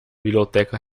biblioteca